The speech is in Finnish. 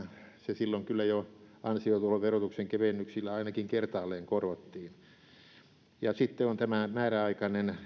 se jo silloin kyllä ansiotuloverotuksen kevennyksillä ainakin kertaalleen korvattiin sitten on tämä määräaikainen